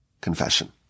confession